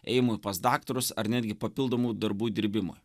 ėjimui pas daktarus ar netgi papildomų darbų dirbimui